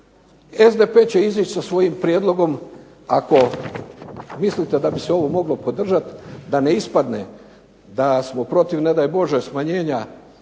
SDP će izaći sa svojim prijedlogom, ako mislite da bi se ovo moglo podržati da ne ispadne da smo protiv ne daj Bože smanjenja